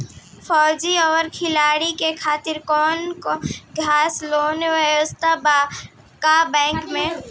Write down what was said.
फौजी और खिलाड़ी के खातिर कौनो खास लोन व्यवस्था बा का बैंक में?